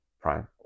Prime